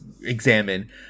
examine